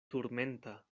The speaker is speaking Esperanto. turmenta